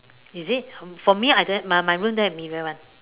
is it for me I don't have my my room don't have mirror [one]